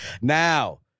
Now